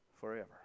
forever